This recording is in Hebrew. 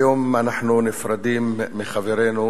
היום אנחנו נפרדים מחברנו